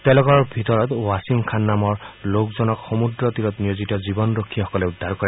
তেওঁলোকৰ ভিতৰত ৱাচিম খান নামৰ লোকজনক সমূদ্ৰ তীৰত নিয়োজিত জীৱনৰক্ষী সকলে উদ্ধাৰ কৰে